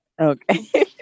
Okay